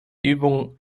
übungen